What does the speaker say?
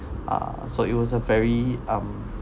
ah so it was a very um